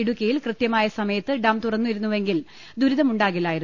ഇടുക്കിയിൽ കൃത്യമായ സമയത്ത് ഡാം തുറന്നിരുന്നുവെങ്കിൽ ദുരിതമുണ്ടാകില്ലായിരുന്നു